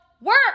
work